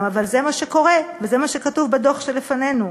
אבל זה מה שקורה וזה מה שכתוב בדוח שלפנינו.